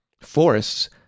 forests